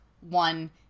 one